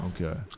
Okay